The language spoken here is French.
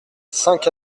cinq